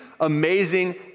amazing